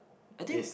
I think